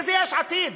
איזה יש עתיד?